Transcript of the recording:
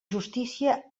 justícia